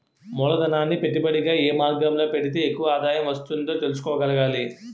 మూలధనాన్ని పెట్టుబడిగా ఏ మార్గంలో పెడితే ఎక్కువ ఆదాయం వస్తుందో తెలుసుకోగలగాలి